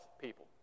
people